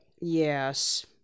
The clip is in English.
Yes